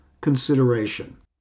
consideration